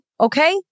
okay